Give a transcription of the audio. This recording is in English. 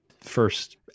first